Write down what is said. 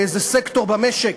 לאיזה סקטור במשק?